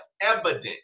Evident